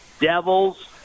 Devils